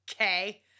okay